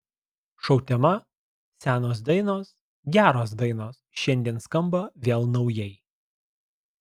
šou tema senos dainos geros dainos šiandien skamba vėl naujai